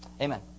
Amen